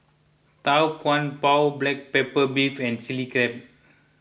Tau Kwa Pau Black Pepper Beef and Chili Crab